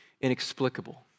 inexplicable